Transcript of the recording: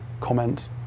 comment